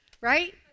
Right